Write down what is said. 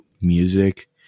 music